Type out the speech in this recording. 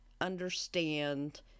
understand